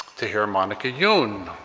to hear monica youn.